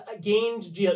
gained